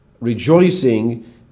rejoicing